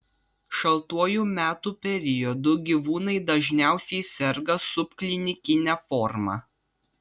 šaltuoju metų periodu gyvūnai dažniausiai serga subklinikine forma